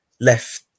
left